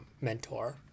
mentor